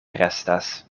restas